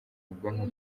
ubwonko